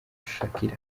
shakira